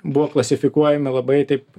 buvo klasifikuojami labai taip